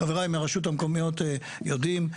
חבריי מהרשויות המקומיות יודעים,